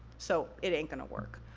so, it ain't gonna work.